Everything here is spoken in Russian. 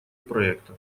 проекта